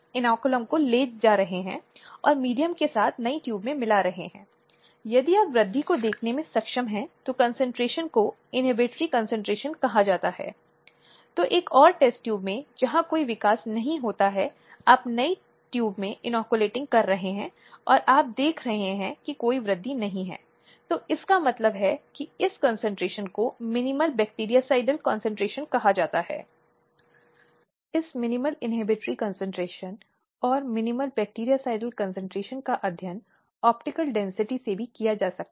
ऐसे कई निर्णय हैं जो लोगों की अंतरात्मा को इस अर्थ में झकझोर कर रख देते हैं कि इसने महिलाओं को बुरी तरह से झिंझोड़ दिया है उनके चरित्र पर सवाल उठाया है उनकी हर कार्रवाई पर अविश्वास की भावना से सवाल किया है और इस तरह की कोशिश या कोशिश निर्णय लेने के मामले में महिलाओं का अपमान करना और उनका अपमान करना